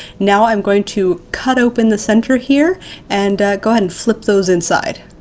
now, i'm going to cut open the center here and go ahead and slip those inside.